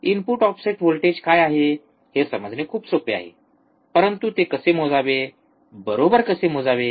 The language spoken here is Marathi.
इनपुट ऑफसेट व्होल्टेज काय आहे हे समजणे खूप सोपे आहे परंतु ते कसे मोजावे बरोबर कसे मोजावे